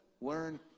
learn